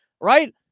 Right